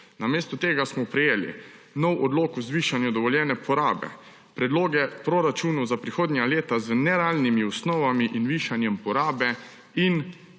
Namesto tega smo prejeli nov odlok o zvišanju dovoljene uporabe, predloge proračunov za prihodnja leta z nerealnimi osnovami in višanjem porabe in